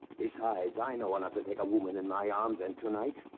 besides, i know enough to take a woman in my arms, and tonight,